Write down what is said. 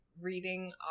reading